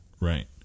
Right